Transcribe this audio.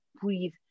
breathe